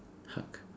huck